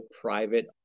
private